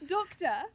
Doctor